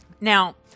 Now